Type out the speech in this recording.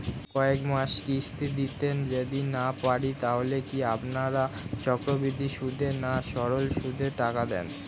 কয়েক মাস কিস্তি দিতে যদি না পারি তাহলে কি আপনারা চক্রবৃদ্ধি সুদে না সরল সুদে টাকা দেন?